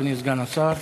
אדוני סגן השר.